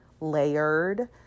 layered